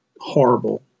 horrible